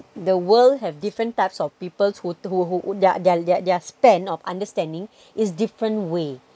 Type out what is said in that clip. the world have different types of peoples who who who their their their their span of understanding is different way